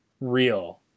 real